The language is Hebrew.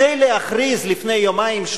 כדי להכריז לפני יומיים,